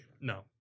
No